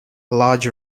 large